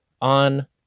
on